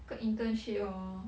个 internship orh